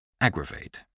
Aggravate